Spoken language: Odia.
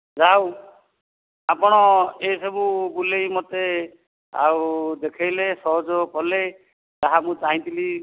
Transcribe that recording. ଯା ହଉ ଆପଣ ଏ ସବୁ ବୁଲେଇ ମୋତେ ଆଉ ଦେଖେଇଲେ ସହଯୋଗ କଲେ ଯାହା ମୁଁ ଚାହିଁଥିଲି